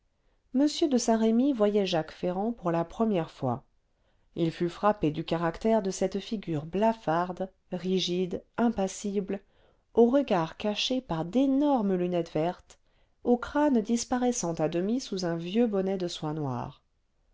m de saint-remy voyait jacques ferrand pour la première fois il fut frappé du caractère de cette figure blafarde rigide impassible au regard caché par d'énormes lunettes vertes au crâne disparaissant à demi sous un vieux bonnet de soie noire